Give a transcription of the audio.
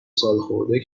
سالخورده